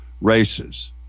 races